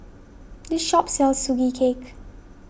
this shop sells Sugee Cake